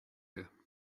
here